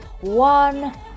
one